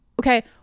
okay